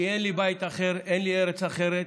אין לי בית אחר, אין לי ארץ אחרת.